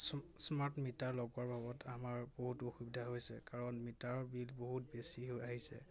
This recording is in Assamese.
স্মাৰ্ট মিটাৰ লগোৱাৰ বাবত আমাৰ বহুত অসুবিধা হৈছে কাৰণ মিটাৰৰ বিল বহুত বেছি হৈ আহিছে